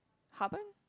heartburn